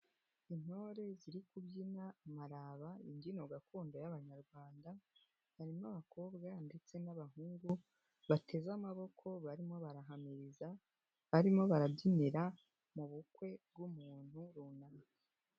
Intore ziri kubyina amaraba imbyino gakondo y'abanyarwanda, harimo abakobwa ndetse n'abahungu bateze amaboko barimo barahamiriza barimo barabyinira mu bukwe bw'umuntu runaka.